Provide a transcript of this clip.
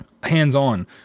hands-on